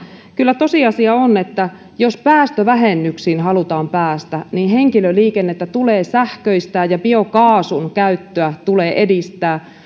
kyllä tosiasia on että jos päästövähennyksiin halutaan päästä niin henkilöliikennettä tulee sähköistää ja biokaasun käyttöä tulee edistää